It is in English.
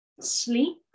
sleep